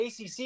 acc